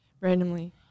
randomly